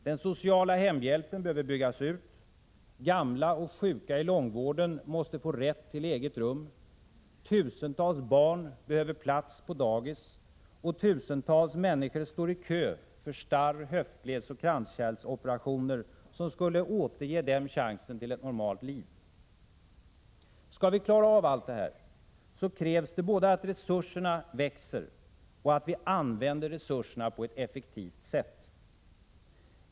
Den sociala hemhjälpen behöver byggas ut, gamla och sjuka i långvården måste få rätt till eget rum, tusentals barn behöver plats på dagis och tusentals människor står i kö för starr-, höftledseller kranskärlsoperationer som skulle ge dem chansen till ett normalt liv. Skall vi klara allt detta krävs det både att resurserna växer och att vi använder resurserna effektivt.